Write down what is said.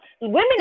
women